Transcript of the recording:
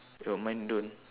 oh mine don't